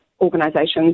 organisations